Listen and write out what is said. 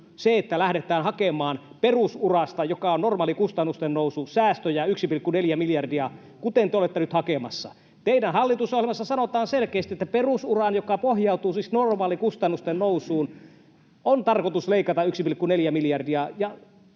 se, että lähdetään hakemaan perusurasta, jossa on normaali kustannusten nousu, säästöjä 1,4 miljardia, kuten te olette nyt hakemassa. Teidän hallitusohjelmassa sanotaan selkeästi, että perusurasta, joka pohjautuu siis normaaliin kustannusten nousuun, on tarkoitus leikata 1,4 miljardia.